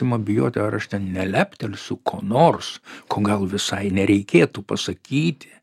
ima bijoti ar aš ten neleptelsiu ko nors ko gal visai nereikėtų pasakyti